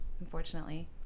Unfortunately